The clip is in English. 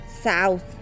South